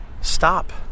stop